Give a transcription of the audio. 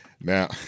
Now